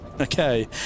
okay